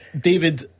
David